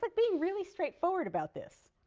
but being really straightforward about this.